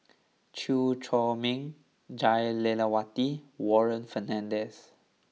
Chew Chor Meng Jah Lelawati Warren Fernandez